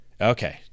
okay